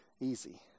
easy